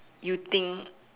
you think